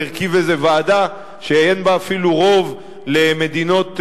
הרכיב איזו ועדה שאין בה אפילו רוב למדינות מערביות.